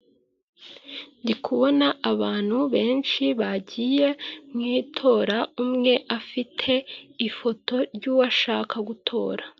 Ndikubona abantu benshi bagiye mu itora, umwe afite ifoto ry'uwo ashaka gutora.